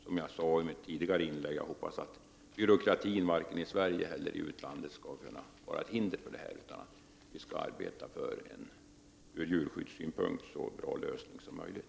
Som jag sade i mitt tidigare inlägg hoppas jag att inte byråkratin, vare sig i Sverige eller i utlandet, skall vara ett hinder för oss utan att vi skall kunna arbeta för en ur djurskyddssynpunkt så bra lösning som möjligt.